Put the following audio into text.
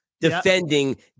defending